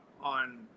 on